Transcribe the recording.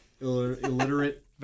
Illiterate